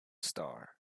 star